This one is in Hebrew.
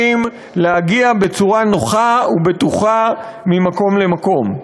להגיע בצורה נוחה ובטוחה ממקום למקום.